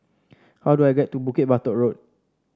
how do I get to Bukit Batok Road